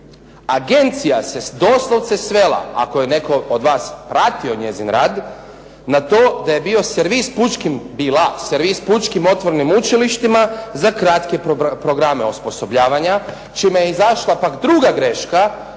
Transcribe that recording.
Agencija se doslovce svela, ako je netko od vas pratio njezin rad, na to da je bio servis pučkim, bila servis pučkim otvorenim učilištima za kratke programe osposobljavanja čime je izašla pak druga greška